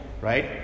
right